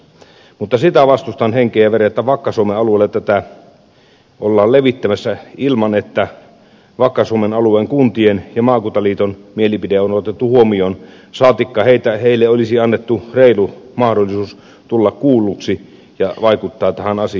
mutta sitä vastustan henkeen ja vereen että vakka suomen alueelle tätä ollaan levittämässä ilman että vakka suomen alueen kuntien ja maakuntaliiton mielipidettä on otettu huomioon saatikka että heille olisi annettu reilu mahdollisuus tulla kuulluksi ja vaikuttaa tähän asiaan